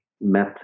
met